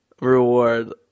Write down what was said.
reward